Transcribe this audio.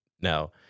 Now